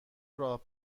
راه